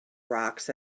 rocks